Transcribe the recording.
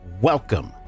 welcome